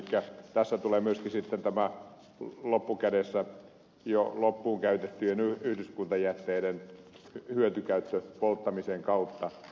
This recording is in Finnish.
elikkä tässä tulee myöskin sitten loppukädessä tämä jo loppuun käytettyjen yhdyskuntajätteiden hyötykäyttö polttamisen kautta